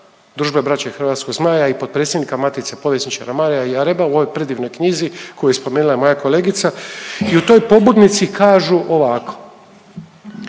Družbe Braće Hrvatskog Zmaja i potpredsjednika Matice povjesničara Maria Jareba u ovoj predivnoj knjizi koju je spomenula moja kolegica i u toj pobudnici kažu ovako.